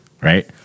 right